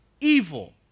evil